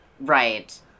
Right